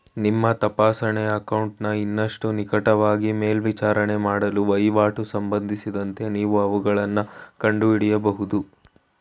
ನಿಮ್ಮ ತಪಾಸಣೆ ಅಕೌಂಟನ್ನ ಇನ್ನಷ್ಟು ನಿಕಟವಾಗಿ ಮೇಲ್ವಿಚಾರಣೆ ಮಾಡಲು ವಹಿವಾಟು ಸಂಬಂಧಿಸಿದಂತೆ ನೀವು ಅವುಗಳನ್ನ ಕಂಡುಹಿಡಿಯಬಹುದು